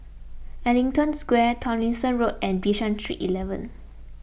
Ellington Square Tomlinson Road and Bishan Street eleven